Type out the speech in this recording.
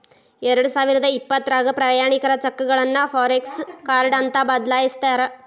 ಎರಡಸಾವಿರದ ಇಪ್ಪತ್ರಾಗ ಪ್ರಯಾಣಿಕರ ಚೆಕ್ಗಳನ್ನ ಫಾರೆಕ್ಸ ಕಾರ್ಡ್ ಅಂತ ಬದಲಾಯ್ಸ್ಯಾರ